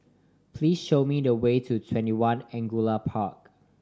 please show me the way to TwentyOne Angullia Park